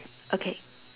okay